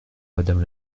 madame